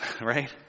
right